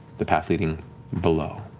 the path leading below.